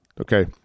Okay